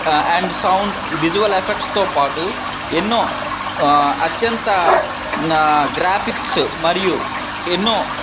and sound visual ఎఫెక్ట్స్తో పాటు ఎన్నో అత్యంత గ్రాఫిక్స్ మరియు ఎన్నో